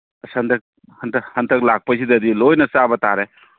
ꯍꯟꯗꯛ ꯂꯥꯛꯄꯩꯁꯤꯗꯗꯤ ꯂꯣꯏꯅ ꯆꯥꯕ ꯇꯥꯔꯦ